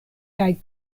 kaj